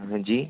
हाँ जी